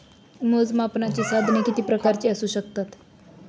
मोजमापनाची साधने किती प्रकारची असू शकतात?